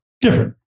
Different